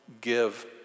give